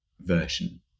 version